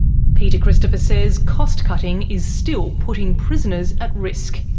peter christopher says cost cutting is still putting prisoners at risk,